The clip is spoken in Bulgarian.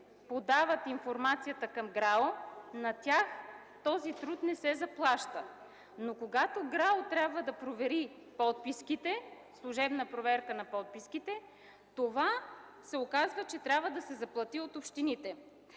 подават информацията към ГРАО, на тях този труд не се заплаща. Но когато ГРАО трябва да провери подписките, служебна проверка на подписките, се оказва, че това трябва да се заплати от общините.